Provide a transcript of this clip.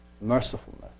Mercifulness